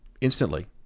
instantly